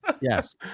Yes